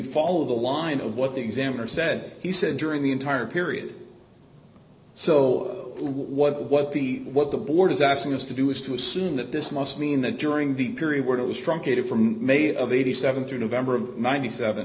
follow the line of what the examiner said he said during the entire period so what what what the what the board is asking us to do is to assume that this must mean that during the period when it was truncated from made of eighty seven through november of ninety seven